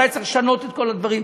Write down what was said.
מתי צריך לשנות את כל הדברים,